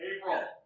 April